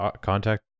contact